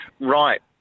Right